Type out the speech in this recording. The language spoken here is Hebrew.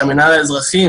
המינהל האזרחי,